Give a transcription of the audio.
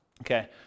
Okay